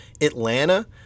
Atlanta